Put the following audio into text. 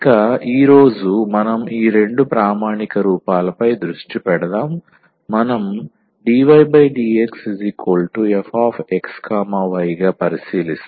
ఇక ఈ రోజు మనం ఈ రెండు ప్రామాణిక రూపాలపై దృష్టి పెడదాం మనం dydxFxy గా పరిశీలిస్తాము